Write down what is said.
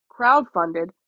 crowdfunded